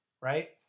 right